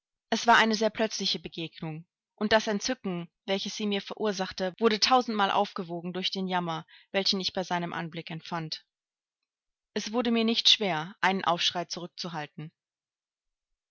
es war eine sehr plötzliche begegnung und das entzücken welches sie mir verursachte wurde tausendmal aufgewogen durch den jammer welchen ich bei seinem anblick empfand es wurde mir nicht schwer einen aufschrei zurückzuhalten